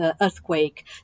earthquake